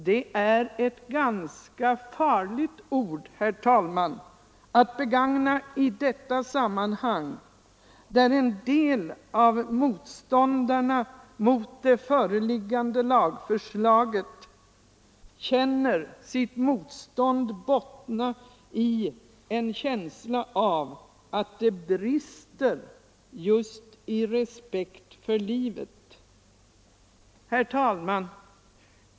Det är ett ganska farligt ord att begagna i detta sammanhang, där en del av motståndet mot det föreliggande lagförslaget bottnar i en känsla av att det brister just i respekt för livet. Herr talman!